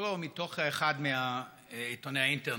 מתוך אחד מעיתוני האינטרנט.